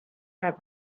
are